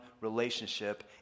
relationship